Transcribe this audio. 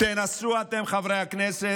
תנסו אתם, חברי הכנסת,